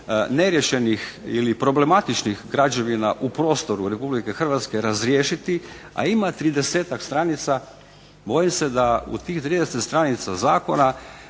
neriješenih ili problematičnih građevina u prostoru RH razriješiti, a ima 30-ak stranica bojim se da u tih 30 stranica zakona